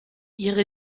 ihre